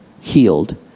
healed